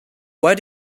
where